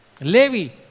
Levi